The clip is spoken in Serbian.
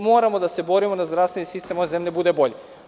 Moramo da se borimo da zdravstveni sistem ove zemlje bude bolji.